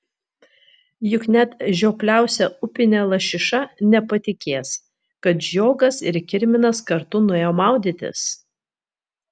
juk net žiopliausia upinė lašiša nepatikės kad žiogas ir kirminas kartu nuėjo maudytis